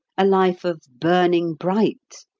a life of burning bright,